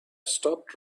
stopped